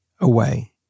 away